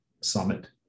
summit